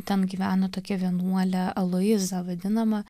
ten gyveno tokia vienuolė aloiza vadinama